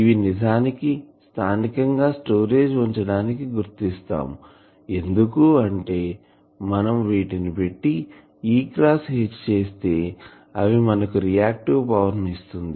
ఇవి నిజానికి స్థానికంగా స్టోరేజ్ ఉంచడానికి గుర్తిస్తాం ఎందుకు అంటే మనం వీటిని పెట్టి E క్రాస్ H చేస్తే అవి మనకు రియాక్టివ్ పవర్ ని ఇస్తుంది